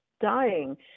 dying